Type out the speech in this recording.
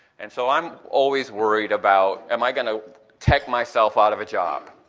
and so i'm always worried about am i going to tech myself out of a job?